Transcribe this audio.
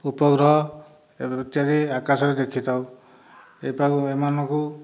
ଅହ ଉପଗ୍ରହ ଇତ୍ୟାଦି ଆକାଶରେ ଦେଖିଥାଉ ଏପାଖୁ ଏମାନଙ୍କୁ